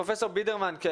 פרופ' בידרמן,